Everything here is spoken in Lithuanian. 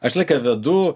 aš visą laiką vedu